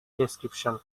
description